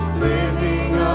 living